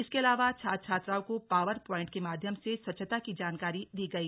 इसके अलावा छात्र छात्राओं को पॉवर प्वाइंट के माध्यम से स्वच्छता की जानकारी दी गई